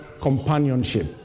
companionship